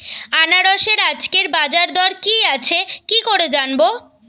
আনারসের আজকের বাজার দর কি আছে কি করে জানবো?